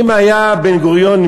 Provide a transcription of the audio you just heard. אם היה בן-גוריון, לא